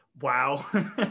wow